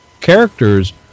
characters